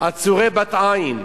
עצורי בת-עין,